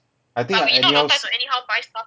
I think I anyhow anyhow